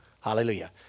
Hallelujah